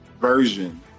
version